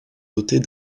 dotées